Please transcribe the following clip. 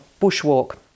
bushwalk